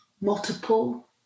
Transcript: multiple